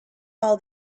all